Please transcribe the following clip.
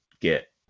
get